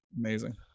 amazing